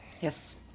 Yes